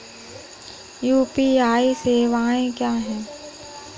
UPI सवायें क्या हैं?